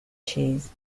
cheese